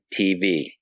tv